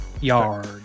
Yard